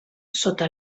sota